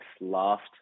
last